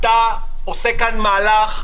ולשאלתך אם בכיתה י"א ו-י"ב אצלו במגזר ילמדו